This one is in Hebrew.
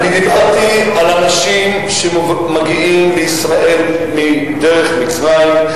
אני דיברתי על אנשים שמגיעים לישראל דרך מצרים,